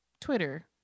Twitter